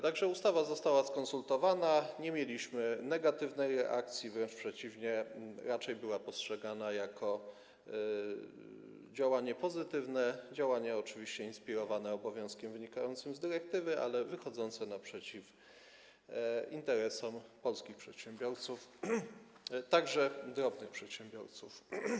Tak że ustawa została skonsultowana, nie mieliśmy reakcji negatywnej, wręcz przeciwnie, była postrzegana raczej jako działanie pozytywne, działanie oczywiście inspirowane obowiązkiem wynikającym z dyrektywy, ale wychodzące naprzeciw interesom polskich przedsiębiorców, także drobnych przedsiębiorców.